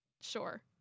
Sure